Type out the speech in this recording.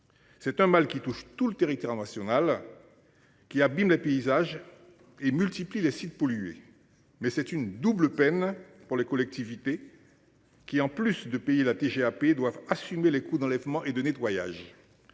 C'est un mal qui touche tout le territoire national. Qui abîme les paysages et multiplie les sites pollués. Mais c'est une double peine pour les collectivités. Qui en plus de pays la TGAP doivent assumer les coûts d'enlèvement et de nettoyage.